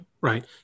right